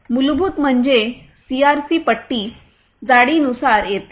मूलभूत म्हणजे सीआरसी पट्टी जी जाडीनुसार येते